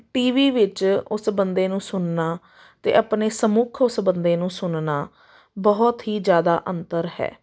TV ਵਿੱਚ ਉਸ ਬੰਦੇ ਨੂੰ ਸੁਣਨਾ ਅਤੇ ਆਪਣੇ ਸਮੁੱਖ ਉਸ ਬੰਦੇ ਨੂੰ ਸੁਣਨਾ ਬਹੁਤ ਹੀ ਜ਼ਿਆਦਾ ਅੰਤਰ ਹੈ